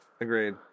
Agreed